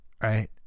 right